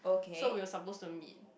so we were supposed to meet